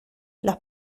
las